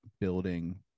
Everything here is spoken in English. building